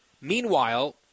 Meanwhile